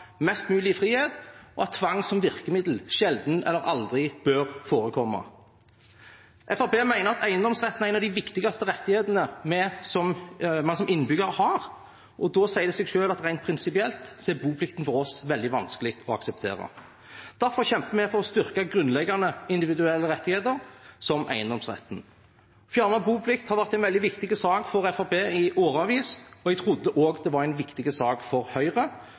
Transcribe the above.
mest mulig frihet, og at tvang som virkemiddel sjelden eller aldri bør forekomme. Fremskrittspartiet mener at eiendomsretten er en av de viktigste rettighetene vi som innbyggere har. Da sier det seg selv at rent prinsipielt er boplikten for oss veldig vanskelig å akseptere. Derfor kjemper vi for å styrke grunnleggende individuelle rettigheter, som eiendomsretten. Å fjerne boplikten har vært en veldig viktig sak for Fremskrittspartiet i årevis, og jeg trodde det også var en viktig sak for Høyre,